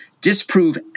Disprove